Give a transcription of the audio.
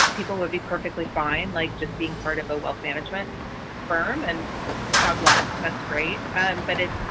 people would be perfectly fine, like just being part of a wealth management firm and god bless. that's great. and but it's,